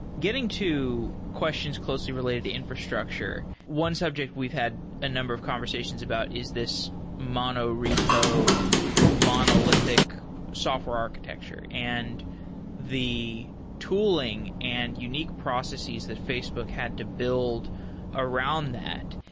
getting to questions closely related to infrastructure, one subject we've had a number of conversations about is this mono repo monolithic software architecture and the tooling and unique processes that facebook had to build around that.